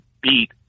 beat